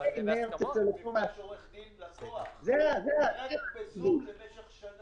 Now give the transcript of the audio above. גם אומרים להם מתי לפתוח וגם לא משלמים.